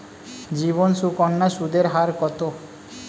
জীবন সুকন্যা সুদের হার কত?